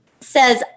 says